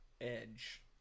edge